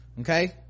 Okay